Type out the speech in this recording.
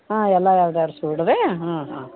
ಹಾಂ ಎಲ್ಲ ಎರಡು ಎರಡು ಸೂಡು ರಿ ಹಾಂ ಹಾಂ